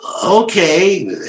Okay